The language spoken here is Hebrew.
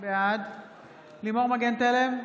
בעד לימור מגן תלם,